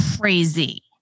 crazy